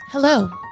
Hello